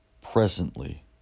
presently